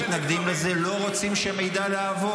אלו שמתנגדים לזה לא רוצים שהמידע יעבור.